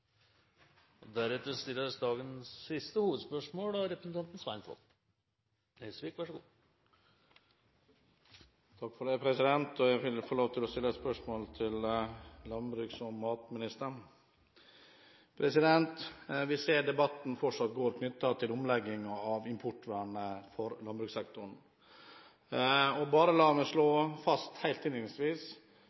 Jeg vil få lov til å stille et spørsmål til landbruks- og matministeren. Vi ser at debatten fortsatt går knyttet til omleggingen av importvernet for landbrukssektoren. Bare la meg slå fast helt innledningsvis: